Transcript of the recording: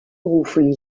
often